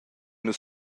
nus